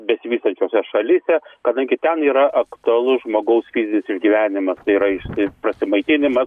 besivystančiose šalyse kadangi ten yra aktualus žmogaus fizinis išgyvenimas tai yra išsi prasimaitinimas